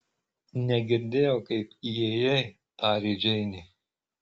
negirdėjau kaip įėjai tarė džeinė